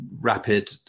rapid